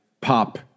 pop